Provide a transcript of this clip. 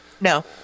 No